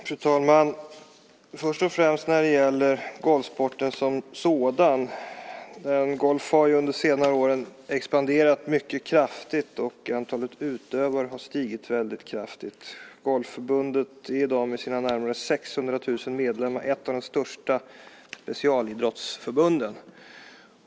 Fru talman! När det först gäller sporten som sådan har ju golfen under senare år expanderat mycket kraftigt. Antalet utövare har stigit väldigt kraftigt. Golfförbundet är i dag med sina närmare 600 000 medlemmar ett av de största specialidrottsförbunden.